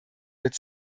wird